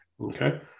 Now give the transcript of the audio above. Okay